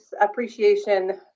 appreciation